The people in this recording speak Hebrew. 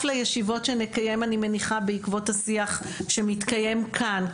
לישיבות שנקיים אני מניחה בעקבות השיח שמתקיים כאן,